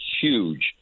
huge